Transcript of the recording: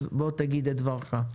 אז תגיד את דברך.